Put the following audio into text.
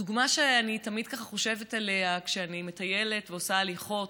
הדוגמה שאני תמיד חושבת עליה כשאני מטיילת ועושה הליכות